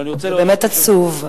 זה באמת עצוב.